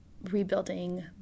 rebuilding